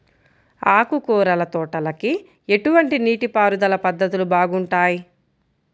ఆకుకూరల తోటలకి ఎటువంటి నీటిపారుదల పద్ధతులు బాగుంటాయ్?